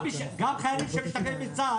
גם חייל שמשתחרר מצה"ל,